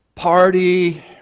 party